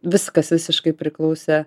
viskas visiškai priklausė